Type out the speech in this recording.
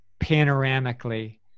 panoramically